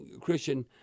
Christian